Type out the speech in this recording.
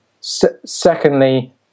secondly